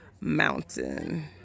Mountain